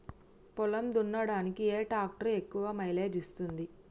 పొలం దున్నడానికి ఏ ట్రాక్టర్ ఎక్కువ మైలేజ్ ఇస్తుంది?